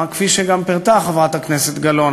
כפי שגם פירטה חברת הכנסת גלאון,